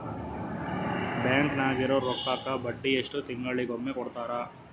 Bank ನಾಗಿರೋ ರೊಕ್ಕಕ್ಕ ಬಡ್ಡಿ ಎಷ್ಟು ತಿಂಗಳಿಗೊಮ್ಮೆ ಕೊಡ್ತಾರ?